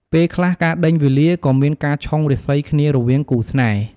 ពេលខ្លះការដេញវេលាក៏មានការឆុងរាសីគ្នារវាងគូស្នេហ៍។